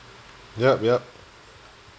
yup yup